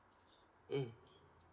mm